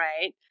Right